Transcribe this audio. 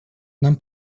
нам